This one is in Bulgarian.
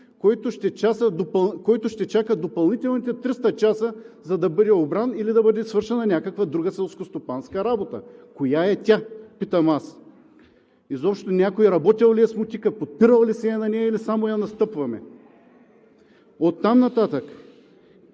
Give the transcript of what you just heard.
който ще чака допълнителните 300 часа, за да бъде обран или да бъде свършена някаква друга селскостопанска работа? Коя е тя, питам аз? Изобщо някой работил ли е с мотика, подпирал ли се е на нея, или само я настъпваме? Оттам нататък,